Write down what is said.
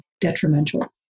detrimental